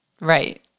Right